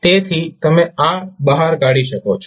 તેથી તમે આ બહાર કાઢી શકો છો